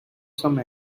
some